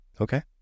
Okay